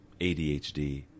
ADHD